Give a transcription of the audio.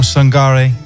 Sangare